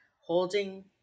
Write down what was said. holding